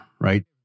right